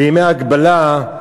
בימי ההגבלה,